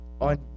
on